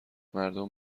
مردم